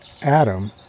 Adam